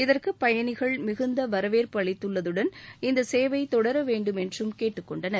இதற்கு பயணிகள் மிகுந்த வரவேற்பு அளித்துள்ளதுடன் இந்த சேவை தொடர வேண்டுமென்றும் கேட்டுக் கொண்டனர்